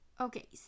Okay